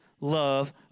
love